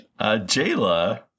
Jayla